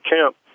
camp